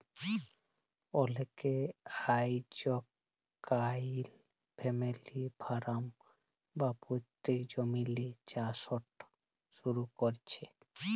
অলেকে আইজকাইল family farm বা পৈত্তিক জমিল্লে চাষট শুরু ক্যরছে